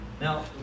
Now